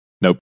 Nope